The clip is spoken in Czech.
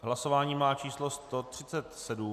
Hlasování má číslo 137.